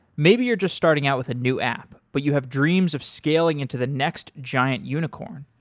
maybe you're just starting out with a new app, but you have dreams of scaling into the next giant unicorn.